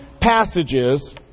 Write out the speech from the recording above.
passages